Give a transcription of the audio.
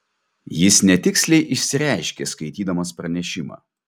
jis netiksliai išsireiškė skaitydamas pranešimą